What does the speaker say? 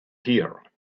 here